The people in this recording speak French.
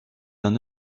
d’un